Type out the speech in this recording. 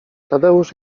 tadeusz